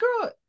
girl